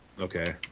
Okay